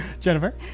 Jennifer